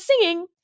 singing